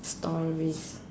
stories